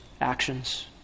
actions